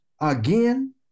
again